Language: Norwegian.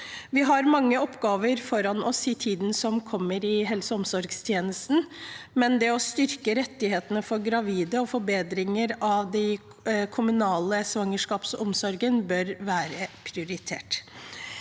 Vi har mange oppgaver foran oss i helse- og omsorgstjenesten i tiden som kommer, men det å styrke rettighetene for gravide og forbedringer av den kommunale svangerskapsomsorgen bør være prioritert.